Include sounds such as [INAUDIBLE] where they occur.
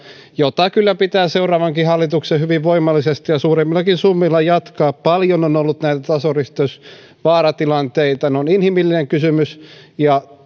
jota kyllä pitää seuraavankin hallituksen hyvin voimallisesti ja suuremmillakin summilla jatkaa paljon on on ollut näitä tasoristeysvaaratilanteita ne ovat inhimillinen kysymys ja [UNINTELLIGIBLE]